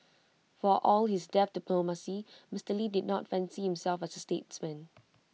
for all his deft diplomacy Mister lee did not fancy himself as A statesman